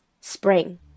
spring